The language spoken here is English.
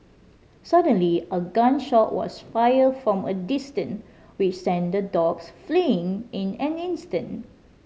suddenly a gun shot was fired from a distance which sent the dogs fleeing in an instant